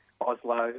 Oslo